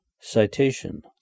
Citation